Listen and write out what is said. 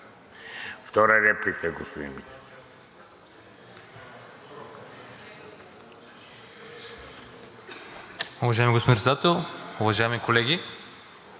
Втора реплика – господин Митев.